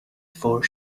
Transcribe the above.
four